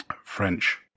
French